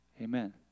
Amen